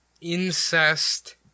incest